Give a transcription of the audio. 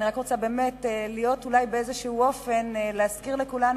אני רוצה להזכיר לכולנו,